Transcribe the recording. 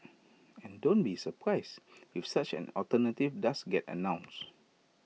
and don't be surprised if such an alternative does get announced